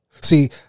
See